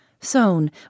sown